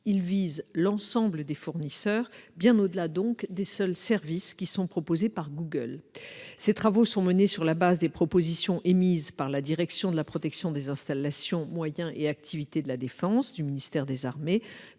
Il vise l'ensemble des fournisseurs, bien au-delà donc des seuls services qui sont proposés par Google. Ses travaux sont menés sur la base des propositions émises par la Direction de la protection des installations, moyens et activités de la défense, du ministère des armées,